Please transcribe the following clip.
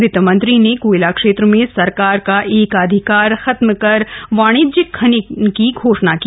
वित्त मंत्री ने कोयला क्षेत्र में सरकार का एकाधिकार खत्म कर वाणिज्यिक खनन की घोषणा की